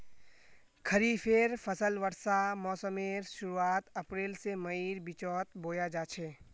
खरिफेर फसल वर्षा मोसमेर शुरुआत अप्रैल से मईर बिचोत बोया जाछे